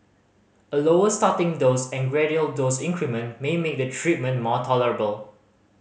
a lower starting dose and gradual dose increment may make the treatment more tolerable